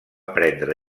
prendre